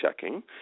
checking